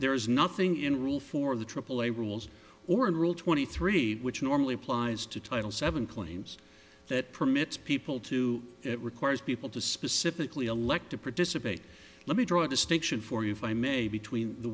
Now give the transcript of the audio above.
there is nothing in rule for the aaa rules or in rule twenty three which normally applies to title seven claims that permits people to it requires people to specifically elect to participate let me draw a distinction for you if i may between the